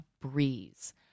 breeze